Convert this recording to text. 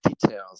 details